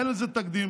אין לזה תקדים,